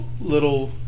little